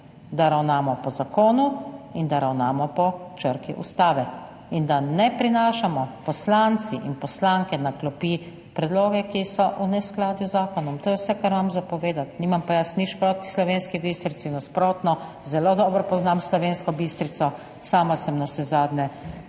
da ravnamo po zakonu, da ravnamo po črki Ustave in da poslanci in poslanke ne prinašamo na klopi predloge, ki so v neskladju z zakonom. To je vse, kar imam za povedati. Nimam pa jaz nič proti Slovenski Bistrici, nasprotno, zelo dobro poznam Slovensko Bistrico, sama sem navsezadnje